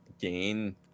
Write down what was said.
gain